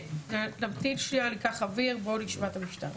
נמתין שנייה, ניקח אוויר, בואו נשמע את המשטרה.